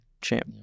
champ